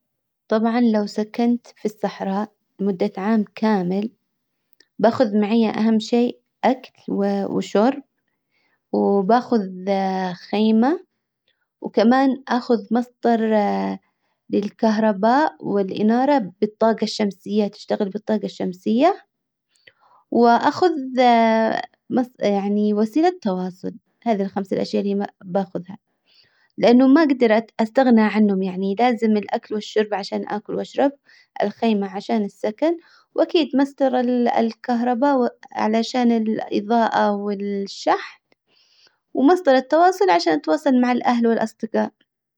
طبعا لو سكنت في الصحراء مدة عام كامل باخذ معي اهم شيء اكل وشرب وباخذ خيمة وكمان اخذ مصدر للكهرباء والانارة بالطاقة الشمسية تشتغل بالطاقة الشمسية واخذ يعني وسيلة تواصل. هذي الخمس الاشياء اللي ما باخذها. لانه ما اجدر استغنى عنهم يعني لازم الاكل والشرب عشان اكل واشرب. الخيمة عشان السكن واكيد مصدر الكهرباء علشان الاضاءة والشحن ومصدر التواصل عشان اتواصل مع الاهل والاصدجاء.